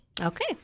Okay